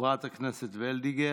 חברת הכנסת וולדיגר,